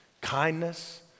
kindness